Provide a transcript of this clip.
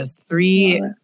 three